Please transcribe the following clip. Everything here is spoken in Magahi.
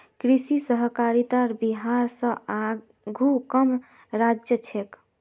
कृषि सहकारितात बिहार स आघु कम राज्य छेक